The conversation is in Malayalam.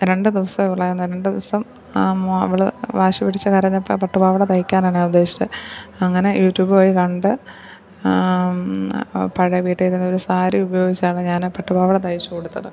രണ്ട് ദിവസമേ ഉള്ളായിരുന്നു രണ്ടു ദിവസം ആ അവൾ വാശി പിടിച്ചു കരഞ്ഞപ്പം ആ പട്ടു പാവാട തയിക്കാനാണ് ഞാനുദേശിച്ചത് അങ്ങനെ യൂട്യൂബ് വഴി കണ്ട് പഴയ വീട്ടിലിരുന്നൊരു സാരി ഉപയോഗിച്ചാണ് ഞാനാ പട്ടുപാവാട തയ്ച്ചു കൊടുത്തത്